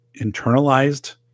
internalized